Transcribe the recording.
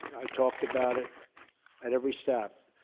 i talked about it at every stop.